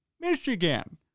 Michigan